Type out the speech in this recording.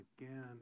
again